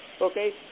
Okay